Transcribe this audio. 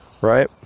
right